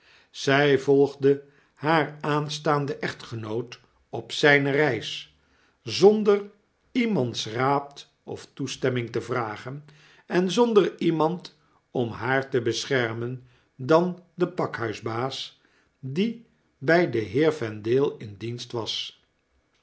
zij volgde haar aantstaanden echtgenoot op zyne reis zonder iemands raad oftoestemming te vragen en zonder iemand om haar te beschermen dan den pakhuisbaas die by den heer vendale in dienst was